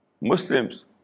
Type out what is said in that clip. Muslims